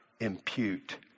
impute